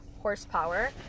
horsepower